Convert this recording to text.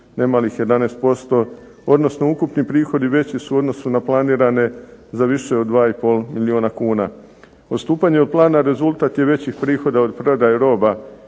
ne malih 11%, odnosno ukupni prihodi veći su u odnosu na planirane za više od 2,5 milijuna kuna. Odstupanje od plana rezultat je većih prihoda od prodaje roba